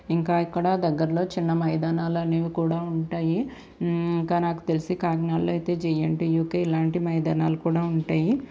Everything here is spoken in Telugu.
ఇంకా ఇక్కడ దగ్గరలో చిన్న మైదానలనేవి కూడా ఉంటాయి ఇంకా నాకు తెలిసి కాకినాడలో అయితే జేఎన్టీయుకె ఇలాంటి మైదానాలు కూడా ఉంటాయి